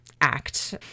act